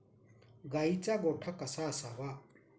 गाईचा गोठा कसा असावा?